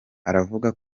aravuga